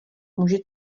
může